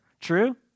true